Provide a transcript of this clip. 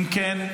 אם כן,